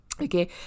Okay